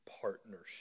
partnership